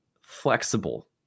flexible